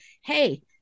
hey